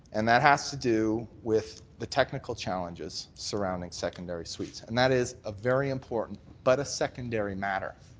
and that has to do with the technical challenges surrounding secondary suites. and that is a very important but a secondary matter.